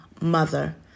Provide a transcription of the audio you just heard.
mother